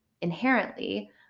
inherently